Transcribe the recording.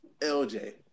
LJ